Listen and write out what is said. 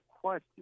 question